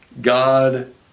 God